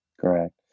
Correct